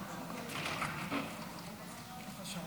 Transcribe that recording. תחזיר